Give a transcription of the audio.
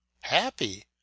happy